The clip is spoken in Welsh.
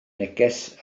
neges